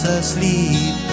asleep